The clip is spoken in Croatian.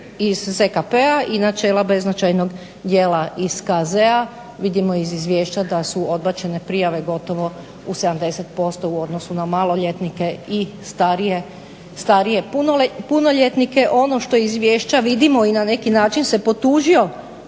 iz ZKP-a i načela beznačajnog djela iz KZ-a. Vidimo iz izvješća da su odbačene prijave gotovo u 70% u odnosu na maloljetnike i starije punoljetnike. Ono što iz izvješća vidimo i na neki način se potužio